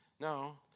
No